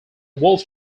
wolf